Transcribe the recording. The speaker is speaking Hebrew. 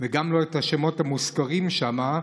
וגם לא את השמות המוזכרים שם,